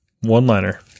One-liner